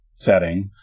setting